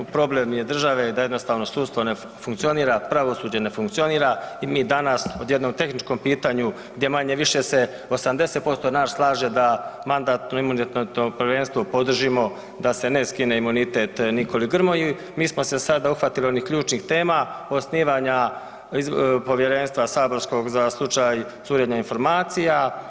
Problem je države da jednostavno sudstvo ne funkcionira, pravosuđe ne funkcionira i mi danas o jednom tehničkom pitanju gdje manje-više se 80% nas slaže da Mandatno-imunitetno povjerenstvo podržimo, da se ne skine imunitet Nikoli Grmoji mi smo se sad dohvatili onih ključnih tema osnivanja povjerenstva saborskog za slučaj curenja informacija.